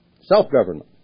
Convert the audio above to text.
self-government